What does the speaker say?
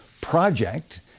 project